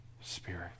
Spirit